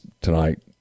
tonight